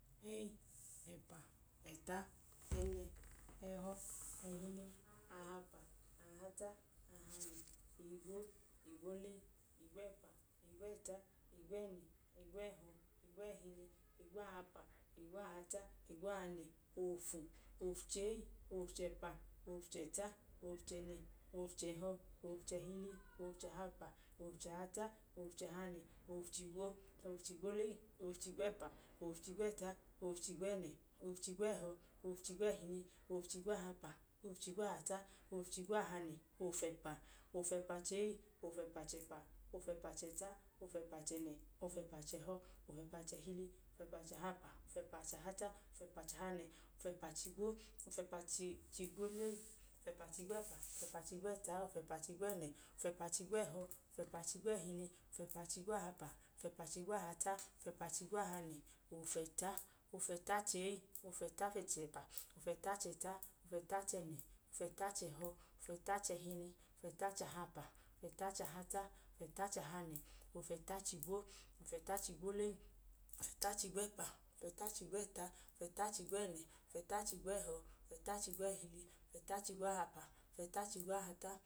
Ee, ẹpa, ẹta, ẹnẹ, ẹhọ, ẹhili, ahapa, ahata, ahanẹ, igwo, igwolee, igwẹpa, igwẹta, igwẹnẹ, igwẹhọ, igwẹhili, igwahapa, igwahata, igwahanẹ, ofu, ofu-chee, ofu-chẹpa, ofu-chẹta, ofu-chẹnẹ, ofu-chẹhọ, ofu –chẹhili, ofu-chahapa, ofu-chahata, ofu-chahanẹ, ofu-chigwo, ofu-chigwolee, ofu-chigwẹpa, ofu-chigwẹta, ofu-chigẹnẹ, ofu-chigwẹhọ, ofu-chigwẹhili, ofu-chigwahapa, ofu-chigwahata, ofu-chigwahanẹ, ofu-chẹpa, ofẹpa-chee, ofẹpa-chẹpa, ofẹpa-chẹta, ofẹpa-chẹnẹ, ofẹpa-chẹhọ, ofẹpa-chẹhili, ofẹpa-chahapa, ofẹpa-chahata, ofẹpa-chahanẹ, ofẹpa-chigwo, ofẹpa-chigwolee, ofẹpa-chigwẹpa, ofẹpa-chigwẹta, ofẹpa-chigwẹnẹ, ofẹpa-chigwẹhọ, ofẹpa-chigwẹhili, ofẹpa-chigwahapa, fẹpa-chigwahata, ofẹpa-chigwahanẹ, ofẹta, ofẹtachee, ofẹta-chẹpa, ofẹta-chẹta, ofẹta-chẹnẹ, ofẹta-chẹhọ, ofẹta-chẹhili, ofẹta-chahapa, ofẹta-chahata, ofẹta-chahanẹ, ofẹta-chigwo, ofẹta-chigwolee, ofẹta-chigwẹpa, ofẹta-chigwẹta, ofẹta-chigwẹnẹ, ofẹta-chigwẹhọ, ofẹta chigwẹhili, ofẹta chigwhapa, ofẹta chigwahata